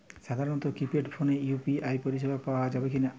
সাধারণ কিপেড ফোনে ইউ.পি.আই পরিসেবা পাওয়া যাবে কিনা?